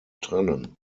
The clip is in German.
trennen